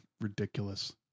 ridiculous